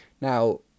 Now